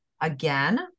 Again